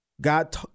God